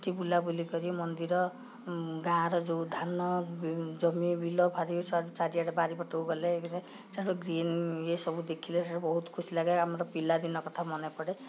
ସେଠି ବୁଲାବୁଲି କରି ମନ୍ଦିର ଗାଁର ଯୋଉ ଧାନ ଜମି ବିଲ ଚାରିଆଡ଼େ ବାଡ଼ିପଟକୁ ଗଲେ ଇଏ କଲେ ସେଠି ଗ୍ରୀନ୍ ଇଏ ସବୁ ଦେଖିଲେ ବହୁତ ଖୁସି ଲାଗେ ଆମର ପିଲାଦିନ କଥା ମନେପଡ଼େ